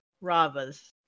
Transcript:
Rava's